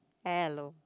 hello